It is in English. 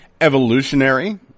Evolutionary